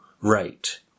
right